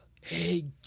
hey